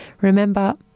Remember